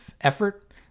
effort